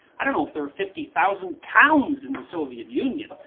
i dont know if theres fifty thousand towns in the soviet union.